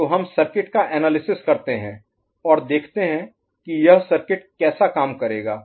तो हम सर्किट का एनालिसिस करते हैं और देखते हैं कि यह सर्किट कैसा काम करेगा